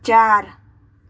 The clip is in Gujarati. ચાર